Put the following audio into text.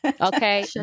Okay